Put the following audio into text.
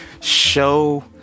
show